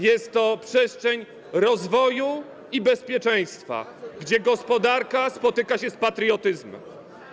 Jest to przestrzeń rozwoju i bezpieczeństwa, gdzie gospodarka spotyka się z patriotyzmem.